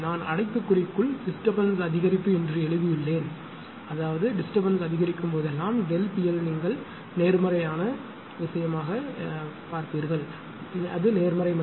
நான் அடைப்புக்குறிக்குள் டிஸ்டர்பன்ஸ் அதிகரிப்பு என்று எழுதியுள்ளேன் அதாவது டிஸ்டர்பன்ஸ் அதிகரிக்கும் போதெல்லாம் ΔP L நீங்கள் நேர்மறையான விஷயமாக எடுத்துக்கொள்வீர்கள் நேர்மறை மதிப்பு